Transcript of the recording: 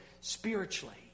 spiritually